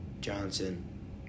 Johnson